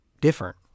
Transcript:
Different